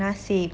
nasib